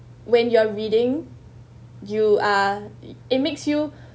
when you're reading you are it makes you